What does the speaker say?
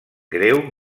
greu